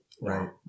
Right